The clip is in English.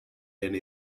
and